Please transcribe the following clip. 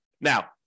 Now